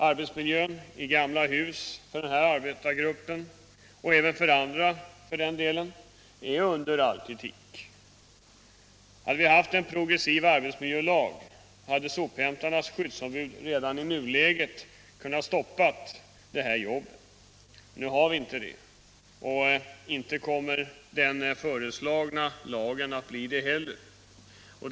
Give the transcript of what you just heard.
Arbetsmiljön i gamla hus för denna arbetargrupp — och även för andra för den delen — är under all kritik. Hade vi haft en progressiv arbetsmiljölag hade sophämtarnas skyddsombud redan i nuläget kunnat stoppa de här jobbet. Nu har vi inte det, och inte kommer den föreslagna lagen att bli det heller.